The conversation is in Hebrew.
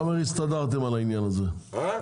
הסתדרתם על העניין הזה, אתה אומר.